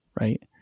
right